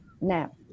now